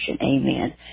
Amen